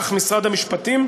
כך משרד המשפטים,